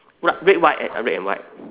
red white and red and white